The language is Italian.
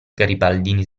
garibaldini